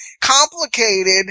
complicated